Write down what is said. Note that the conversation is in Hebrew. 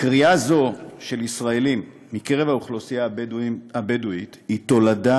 קריאה זו של ישראלים מקרב האוכלוסייה הבדואית היא תולדה